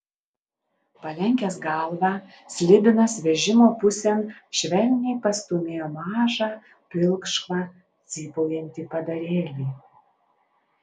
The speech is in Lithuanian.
palenkęs galvą slibinas vežimo pusėn švelniai pastūmėjo mažą pilkšvą cypaujantį padarėlį